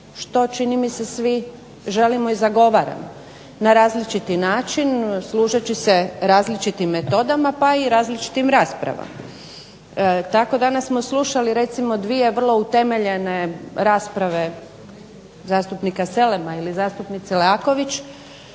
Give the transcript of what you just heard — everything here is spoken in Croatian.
što čini mi se svi želimo i zagovaramo na različiti način služeći se različitim metodama, pa i različitim raspravama. Tako danas smo slušali recimo dvije vrlo utemeljene rasprave zastupnika Selema ili zastupnice Leaković